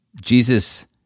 Jesus